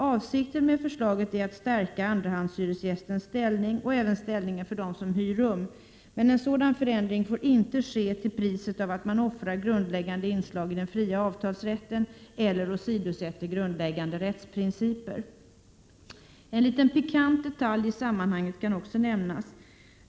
Avsikten med förslaget är att stärka andrahandshyresgästens ställning och även ställningen för dem som hyr rum, men en sådan förändring får inte ske till priset av att man offrar grundläggande inslag i den fria avtalsrätten eller åsidosätter grundläggande rättsprinciper. En liten pikant detalj i sammanhanget kan också nämnas.